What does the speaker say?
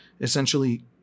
essentially